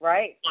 Right